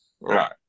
Right